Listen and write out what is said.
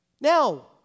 Now